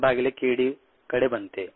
303 भागिले k d कडे बनते